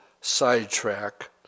sidetrack